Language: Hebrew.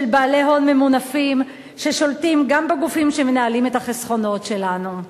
בעלי הון ממונפים ששולטים גם בגופים שמנהלים את החסכונות שלנו.